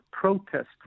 protest